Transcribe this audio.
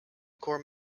core